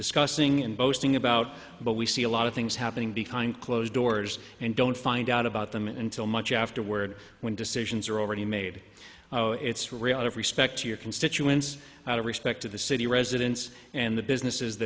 discussing and boasting about but we see a lot of things happening behind closed doors and don't find out about them until much afterward when decisions are already made oh it's really out of respect to your constituents out of respect to the city residents and the businesses